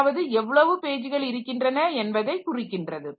அதாவது எவ்வளவு பேஜ்கள் இருக்கின்றன என்பதை குறிக்கின்றது